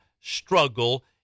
struggle